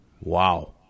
Wow